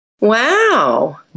Wow